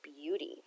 beauty